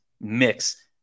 mix